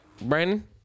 Brandon